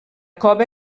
cova